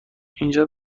اینجا